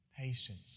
Patience